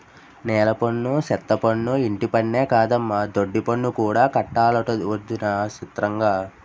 నీలపన్ను, సెత్తపన్ను, ఇంటిపన్నే కాదమ్మో దొడ్డిపన్ను కూడా కట్టాలటొదినా సిత్రంగా